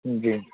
جی